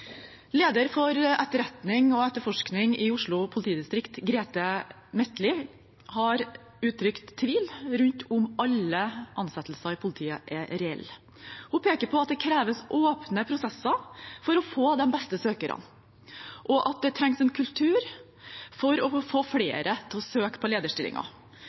Leder for etterretning og etterforskning i Oslo politidistrikt, Grete Lien Metlid, har uttrykt tvil om alle ansettelser i politiet er reelle. Hun peker på at det kreves åpne prosesser for å få de beste søkerne, og at det trengs en kultur for å få flere til å søke på